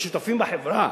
לשותפים בחברה,